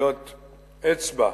טביעות אצבע.